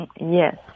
Yes